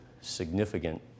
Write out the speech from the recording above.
significant